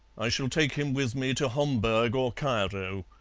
i shall take him with me to homburg or cairo.